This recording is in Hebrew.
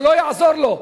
זה לא יעזור לו,